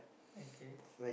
okay